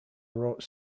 wrote